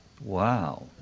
Wow